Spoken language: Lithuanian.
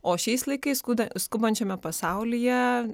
o šiais laikais skud skubančiame pasaulyje